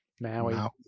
Maui